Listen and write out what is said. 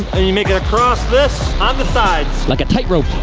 and you make it across this, on the sides. like a tight rope.